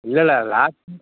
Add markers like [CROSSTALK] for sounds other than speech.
இல்லல்ல லாக் [UNINTELLIGIBLE]